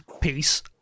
Peace